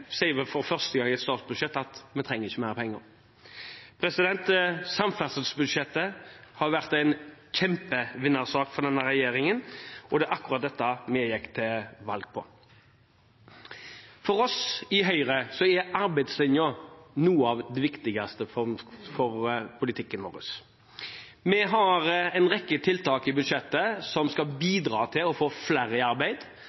vel for første gang i et statsbudsjett at de ikke trenger mer penger. Samferdselsbudsjettet har vært en kjempevinnersak for denne regjeringen, og det er akkurat dette vi gikk til valg på. For oss i Høyre er arbeidslinjen noe av det viktigste for politikken vår. Vi har en rekke tiltak i budsjettet som skal bidra til å få flere i arbeid,